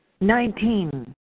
Nineteen